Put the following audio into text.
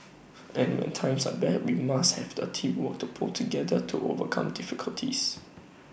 and when times are bad we must have the teamwork to pull together to overcome difficulties